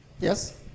Yes